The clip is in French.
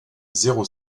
zéro